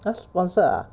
!huh! sponsored ah